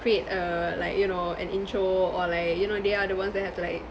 create a like you know an intro or like you know they are the ones that have like